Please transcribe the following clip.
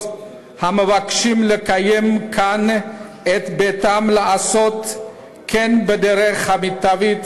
המבקשים להקים כאן את ביתם לעשות כן בדרך המיטבית.